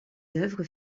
œuvres